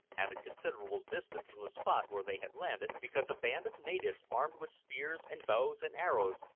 at a considerable distance from the spot where they had landed, because a band of natives, armed with spears and bows and arrows,